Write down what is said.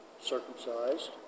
circumcised